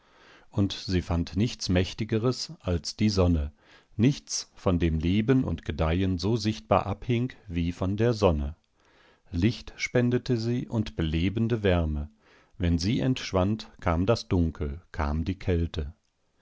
und sie fand nichts mächtigeres als die sonne nichts von dem leben und gedeihen so sichtbar abhing wie von der sonne licht spendete sie und belebende wärme wenn sie entschwand kam das dunkel kam die kälte